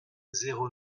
zéro